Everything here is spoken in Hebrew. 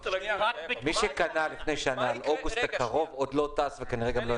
מי שקנה לפני שנה לאוגוסט הקרוב, עוד לא טס.